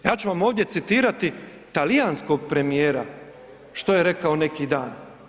Ja ću vam ovdje citirati talijanskog premijera što je rekao neki dan.